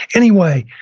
anyway,